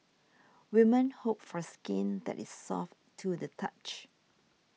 women hope for skin that is soft to the touch